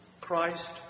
Christ